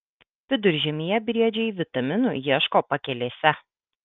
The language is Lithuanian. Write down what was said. viduržiemyje briedžiai vitaminų ieško pakelėse